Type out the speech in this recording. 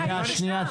אני הייתי שם.